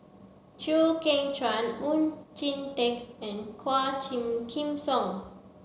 Chew Kheng Chuan Oon Jin Teik and Quah Tim Kim Song